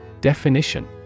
Definition